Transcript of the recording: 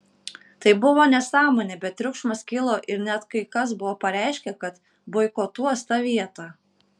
tai buvo nesąmonė bet triukšmas kilo ir net kai kas buvo pareiškę kad boikotuos tą vietą